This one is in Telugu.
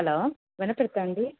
హలో వనపర్తా అండి